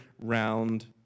round